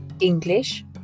English